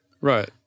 Right